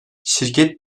şirket